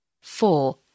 four